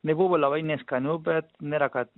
nebuvo labai neskanu bet nėra kad